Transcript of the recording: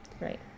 Right